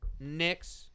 Knicks